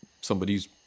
Somebody's